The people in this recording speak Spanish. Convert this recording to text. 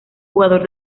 jugador